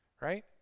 Right